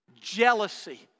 jealousy